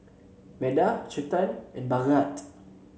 Medha Chetan and Bhagat